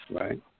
Right